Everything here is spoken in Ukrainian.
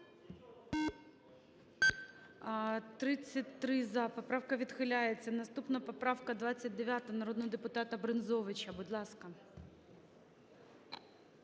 За-33 Поправка відхиляється. Наступна - поправка 29, народного депутатаБрензовича. Будь ласка.